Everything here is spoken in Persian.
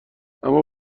اما